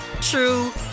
true